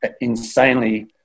insanely